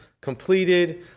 completed